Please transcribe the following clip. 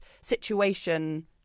situation